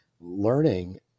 learning